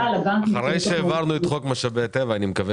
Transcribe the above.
אחרי שהעברנו את חוק משאבי טבע אני מקווה